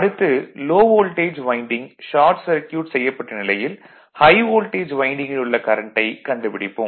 அடுத்து low voltage winding short circuit செய்யப்பட்ட நிலையில் ஹை வோல்டேஜ் வைண்டிங்கில் உள்ள கரண்ட்டை கண்டுபிடிப்போம்